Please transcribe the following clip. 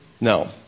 No